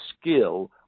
skill